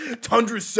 Tundra